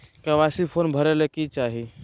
KYC form भरे ले कि चाही?